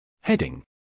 Heading